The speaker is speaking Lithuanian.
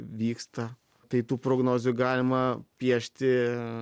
vyksta tai tų prognozių galima piešti